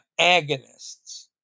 agonists